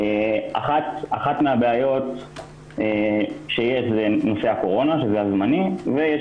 אחת מהבעיות שיש זה נושא הקורונה שזה הזמני ויש